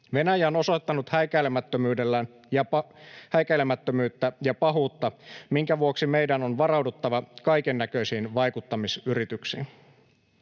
Venäjä on osoittanut häikäilemättömyyttä ja pahuutta, minkä vuoksi meidän on varauduttava kaikennäköisiin vaikuttamisyrityksiin.